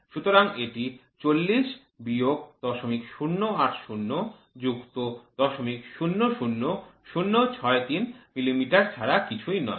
সুতরাং এটি ৪০০০ বিয়োগ ০০৮০ যুক্ত ০০০০৬৩ মিলিমিটার ছাড়া কিছুই নয়